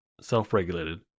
self-regulated